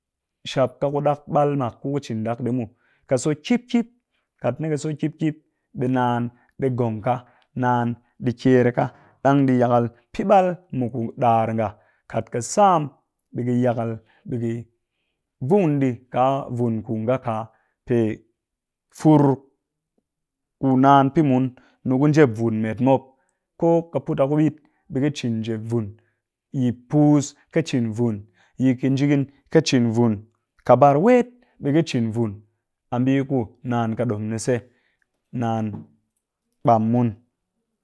Shap ka ku ɗak ɓal mak ku ƙɨ ciin ɗak ɗi muw, ƙɨ so kip kip, kat ni ƙɨ so kip kip ɓe naan ɗi ngongka naan ɗi kyer ka ɗang ɗi yakal pɨ ɓal mu ku ɗar nga, kat ƙɨ sam ɓe ƙɨ yakal ɓe ƙɨ vun ɗii ka vun ku nga ka, pe fur ku naan pɨ mun ni ku njep vun met mop, ko ƙɨ put a ku ɓit ɓe ƙɨ cin njep vun. Yi puus ƙɨ cin vun, yi ƙinjigin ƙɨ cin vun ƙabar wet ɓe ƙɨ cin vun a mbii ku naan ƙɨ ɗom ni se, naan ɓam mun